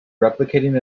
replicating